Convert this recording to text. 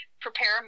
prepare